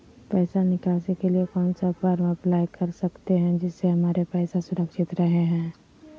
पैसा निकासी के लिए कौन सा फॉर्म अप्लाई कर सकते हैं जिससे हमारे पैसा सुरक्षित रहे हैं?